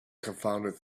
confounded